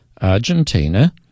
Argentina